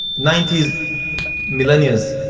ninety s millennials